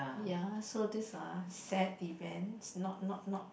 ya so this are sad event not not not